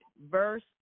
verse